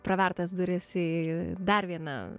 pravertas duris į dar vieną